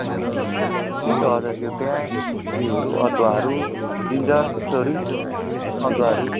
मोमोमा त्यही त हजुर त्यो प्याज ऊ योहरू अदुवाहरू जिन्जर त्यस्तैहरू अदुवाहरू